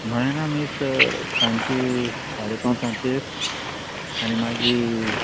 नयोना मिस सांची साडे पांच आतेर आनी मागी